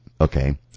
okay